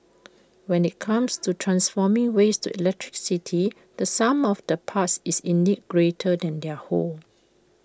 when IT comes to transforming waste to electricity the sum of the parts is indeed greater than their whole